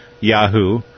yahoo